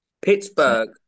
Pittsburgh